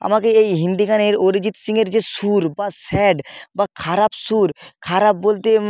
আমাকে এই হিন্দি গানের অরিজিত সিংয়ের যে সুর বা স্যাড বা খারাপ সুর খারাপ বলতে